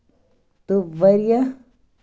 تہٕ واریاہ